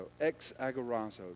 Ex-agorazo